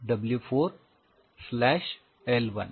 W 4 slash L 1